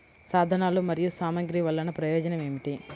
సాధనాలు మరియు సామగ్రి వల్లన ప్రయోజనం ఏమిటీ?